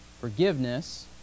forgiveness